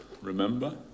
Remember